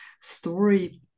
story